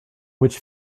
which